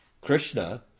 Krishna